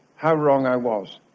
how wrong i was.